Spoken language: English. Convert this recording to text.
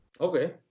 okay